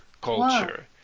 culture